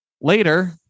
Later